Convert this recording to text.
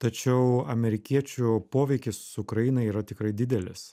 tačiau amerikiečių poveikis ukrainai yra tikrai didelis